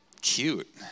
cute